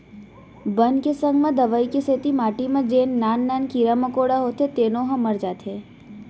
बन के संग म दवई के सेती माटी म जेन नान नान कीरा मकोड़ा होथे तेनो ह मर जाथें